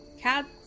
cats